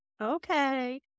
Okay